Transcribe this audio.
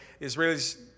Israelis